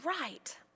right